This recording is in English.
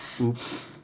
oops